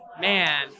man